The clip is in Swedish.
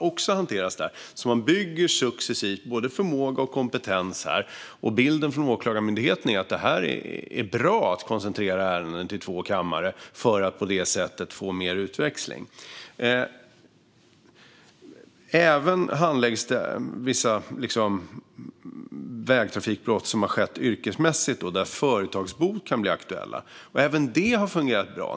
Man bygger alltså successivt både förmåga och kompetens, och bilden från Åklagarmyndigheten är att det är bra att koncentrera ärendena till två kamrar för att på det sättet få mer utväxling. Det handläggs även vissa vägtrafikbrott som har skett yrkesmässigt och där företagsbot kan bli aktuell. Även detta har fungerat bra.